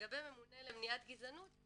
לגבי הממונה למניעת גזענות,